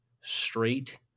straight